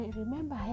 remember